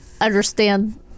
understand